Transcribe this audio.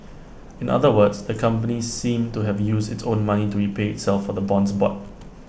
in other words the company seemed to have used its own money to repay itself for the bonds bought